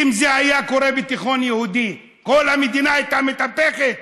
אם זה היה קורה בתיכון יהודי כל המדינה הייתה מתהפכת.